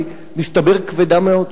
שמסתבר שהיא כבדה מאוד?